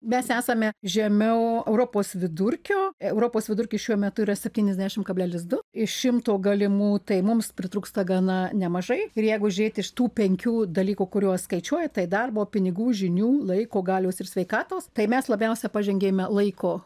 mes esame žemiau europos vidurkio europos vidurkis šiuo metu yra septyniasdešim kablelis du iš šimto galimų tai mums pritrūksta gana nemažai ir jegu žiūrėti iš tų penkių dalykų kuriuos skaičiuoja tai darbo pinigų žinių laiko galios ir sveikatos tai mes labiausia pažengėme laiko